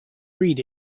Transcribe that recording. read